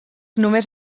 només